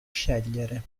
scegliere